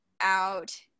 out